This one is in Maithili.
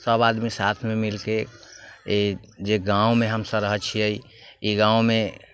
सब आदमी साथमे मिलिके ई जे गाँवमे हमसब रहै छिए ई गाँवमे